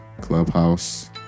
Clubhouse